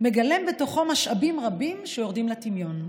מגלם בתוכו משאבים רבים שיורדים לטמיון: